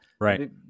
right